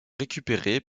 récupérés